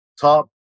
top